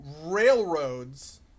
railroads